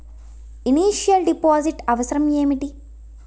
Initial deposit అవసరం ఏమిటి?